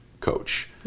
coach